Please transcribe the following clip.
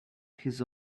his